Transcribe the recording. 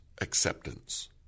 acceptance